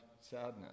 sadness